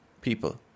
people